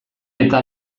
eta